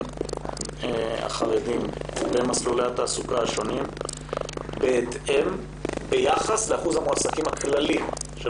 החרדים במסלולי התעסוקה השונים ביחס לשיעור המועסקים הכללי.